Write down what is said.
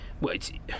wait